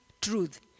truth